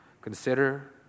Consider